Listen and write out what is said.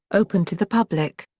open to the public.